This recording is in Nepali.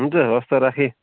हुन्छ हस् त राखेँ